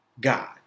God